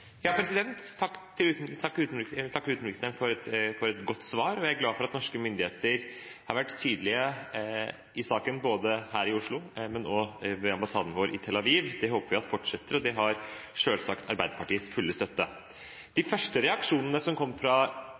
for et godt svar. Jeg er glad for at norske myndigheter har vært tydelige i saken, både her i Oslo og ved ambassaden vår i Tel Aviv. Det håper vi at fortsetter, og det har selvsagt Arbeiderpartiets fulle støtte. De første reaksjonene som kom fra